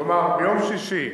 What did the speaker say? כלומר, ביום שישי,